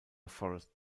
forest